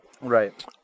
Right